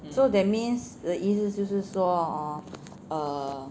so that means 你的意思就是说 orh err